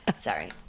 Sorry